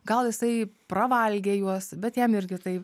gal jisai pravalgė juos bet jam irgi tai